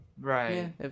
Right